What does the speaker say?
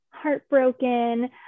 heartbroken